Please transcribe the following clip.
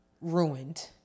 ruined